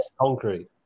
concrete